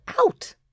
out